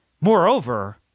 Moreover